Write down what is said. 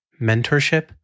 mentorship